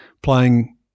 playing